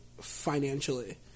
financially